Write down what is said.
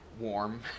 warm